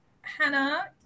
Hannah